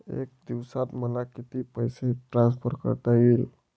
एका दिवसात मला किती पैसे ट्रान्सफर करता येतील?